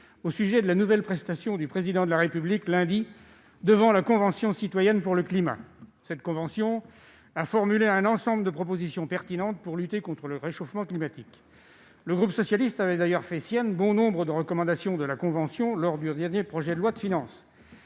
sur la nouvelle prestation du Président de la République lundi devant la Convention citoyenne pour le climat. Cette convention a formulé un ensemble de propositions pertinentes pour lutter contre le réchauffement climatique. Le groupe socialiste avait d'ailleurs fait siennes bon nombre de recommandations de la convention, qu'il a défendue lors de l'examen